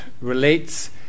relates